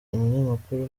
umunyamakuru